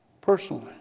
personally